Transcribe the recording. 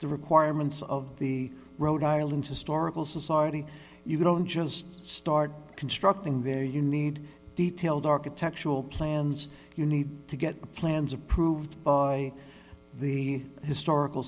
the requirements of the rhode island historical society you don't just start constructing there you need detailed architectural plans you need to get the plans approved by the historical